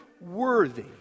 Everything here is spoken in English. worthy